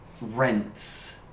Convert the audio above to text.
Rents